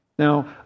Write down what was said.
Now